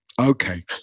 Okay